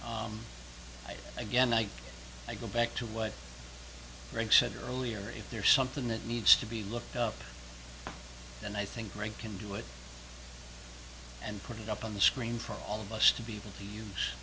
things again i i go back to what greg said earlier if there is something that needs to be looked up and i think i can do it and put it up on the screen for all of us to be able to use